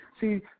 see